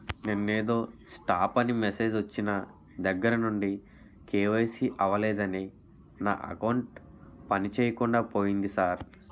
నిన్నేదో స్టాప్ అని మెసేజ్ ఒచ్చిన దగ్గరనుండి కే.వై.సి అవలేదని నా అకౌంట్ పనిచేయకుండా పోయింది సార్